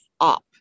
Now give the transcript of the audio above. up